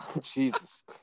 Jesus